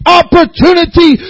opportunity